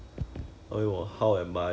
oh oh is it